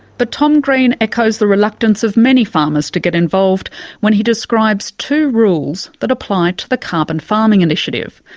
but tom green echoes the reluctance of many farmers to get involved when he describes two rules that apply to the carbon farming initiative.